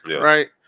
right